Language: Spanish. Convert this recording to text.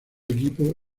equipo